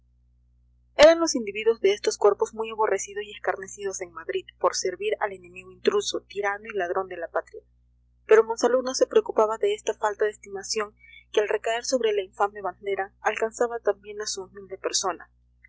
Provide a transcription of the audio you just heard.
eran los individuos de estos cuerpos muy aborrecidos y escarnecidos en madrid por servir al enemigo intruso tirano y ladrón de la patria pero monsalud no se preocupaba de esta falta de estimación que al recaer sobre la infame bandera alcanzaba también a su humilde persona